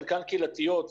חלקן קהילתיות,